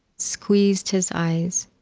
squeezed his eyes.